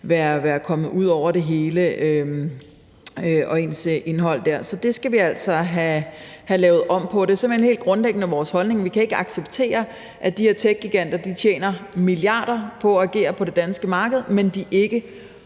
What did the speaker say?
være kommet ud over det hele. Så det skal vi altså have lavet om på. Det er simpelt hen helt grundlæggende vores holdning: Vi kan ikke acceptere, at de her techgiganter tjener milliarder på at agere på det danske marked, men at de ikke